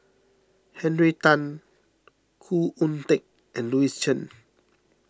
Henry Tan Khoo Oon Teik and Louis Chen